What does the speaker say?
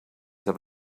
have